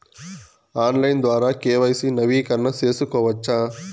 Online ద్వారా KYC నవీకరణ సేసుకోవచ్చా?